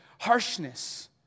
harshness